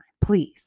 please